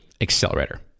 accelerator